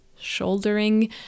shouldering